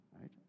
right